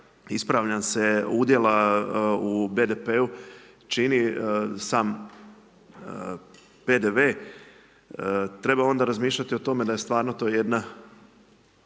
ispravljam se udjela u BDP-u čini sam PDV, treba onda razmišljati o tome da je stvarno to jedna